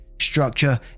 Structure